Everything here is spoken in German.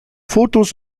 fotos